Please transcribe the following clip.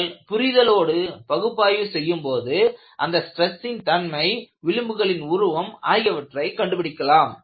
நீங்கள் புரிதலோடு பகுப்பாய்வு செய்யும் போது அந்த ஸ்ட்ரெஸ்சின் தன்மைவிளிம்புகளின் உருவம் ஆகியவற்றை கண்டுபிடிக்கலாம்